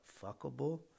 fuckable